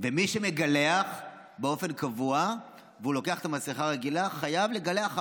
ומי שמגלח באופן קבוע ולוקח את המסכה הרגילה חייב לגלח,